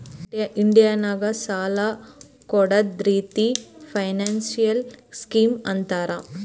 India ನಾಗ್ ಸಾಲ ಕೊಡ್ಡದ್ ರಿತ್ತಿಗ್ ಫೈನಾನ್ಸಿಯಲ್ ಸ್ಕೀಮ್ ಅಂತಾರ್